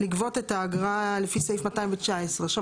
לגבות את האגרה לפי סעיף 219. עכשיו,